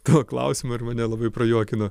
to klausimo ir mane labai prajuokino